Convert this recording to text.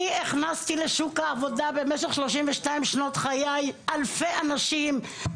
אני הכנסתי לשוק העבודה במשך 32 שנות עבודתי בשירות המדינה אלפי אנשים.